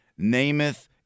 Namath